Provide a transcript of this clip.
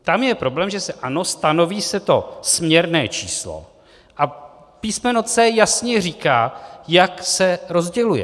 Tam je problém, že se, ano, stanoví se to směrné číslo a písmeno c) jasně říká, jak se rozděluje.